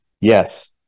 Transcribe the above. Yes